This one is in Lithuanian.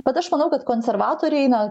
bet aš manau kad konservatoriai na